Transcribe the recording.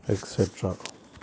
extra